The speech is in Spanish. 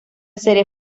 serie